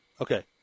Okay